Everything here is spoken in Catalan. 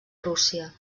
rússia